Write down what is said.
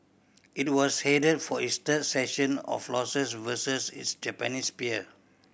it was headed for its third session of losses versus its Japanese peer